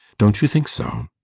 don't you think so?